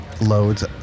loads